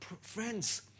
friends